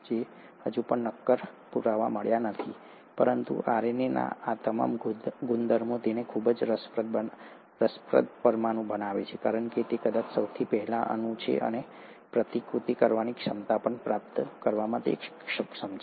તેથી અમારી પાસે હજુ પણ નક્કર પુરાવા નથી પરંતુ RNA ના આ તમામ ગુણધર્મો તેને ખૂબ જ રસપ્રદ પરમાણુ બનાવે છે કારણ કે તે કદાચ સૌથી પહેલો અણુ છે જે પ્રતિકૃતિ કરવાની ક્ષમતા પ્રાપ્ત કરવામાં સક્ષમ છે